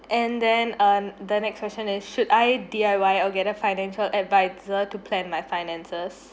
and then uh the next question is should I D_I_Y or get a financial advisor to plan my finances